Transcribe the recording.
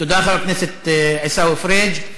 תודה, חבר הכנסת עיסאווי פריג'